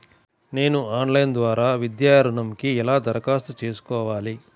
నేను ఆన్లైన్ ద్వారా విద్యా ఋణంకి ఎలా దరఖాస్తు చేసుకోవాలి?